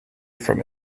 from